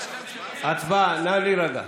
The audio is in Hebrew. הצבעה, נא להירגע.